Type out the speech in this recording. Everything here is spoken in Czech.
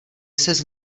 ses